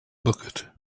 bucket